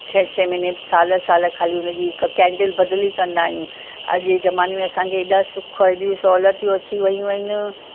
छह छह महीने साल साल खाली हुनजी हिकु कैंडल बदिली कंदा आहियूं अॼु ज़माने में असांखे हेॾा सुख हेॾियूं सहुलतियूं अची वियूं आहिनि